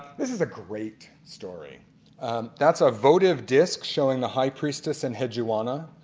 this is a great story that's a votive disk showing the high priestess, enheduanna,